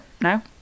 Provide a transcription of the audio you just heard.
No